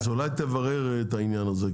אז אולי תברר את העניין הזה,